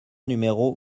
numéro